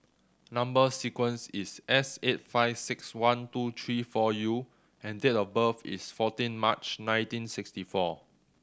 number sequence is S eight five six one two three four U and date of birth is fourteen March nineteen sixty four